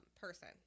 person